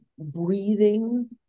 breathing